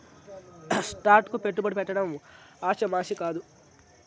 stock కు పెట్టుబడి పెట్టడం ఆషామాషీ కాదు